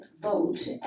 vote